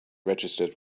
registered